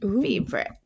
favorite